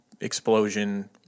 explosion